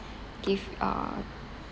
give uh